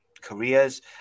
careers